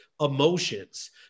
emotions